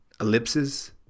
Ellipses